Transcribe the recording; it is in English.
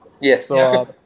Yes